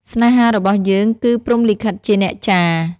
ស្នេហារបស់យើងគឺព្រហ្មលិខិតជាអ្នកចារ។